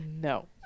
no